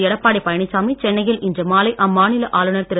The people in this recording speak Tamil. எடப்பாடி பழனிசாமி சென்னையில் இன்று மாலை அம்மாநில ஆளுநர் திரு